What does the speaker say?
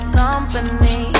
company